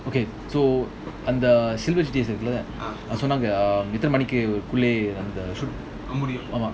okay so uh the silver days இருக்குல்லஅதுசொன்னாங்கஎத்தனமணிக்குஅந்த:irukula adhu sonnanga ethana manikku andha